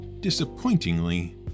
disappointingly